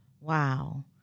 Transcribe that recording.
Wow